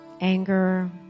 anger